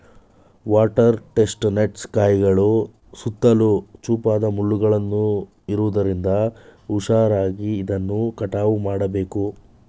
water chestnuts ಕಾಯಿಗಳ ಸುತ್ತಲೂ ಚೂಪಾದ ಮುಳ್ಳುಗಳು ಇರುವುದರಿಂದ ಹುಷಾರಾಗಿ ಇದನ್ನು ಕಟಾವು ಮಾಡಬೇಕು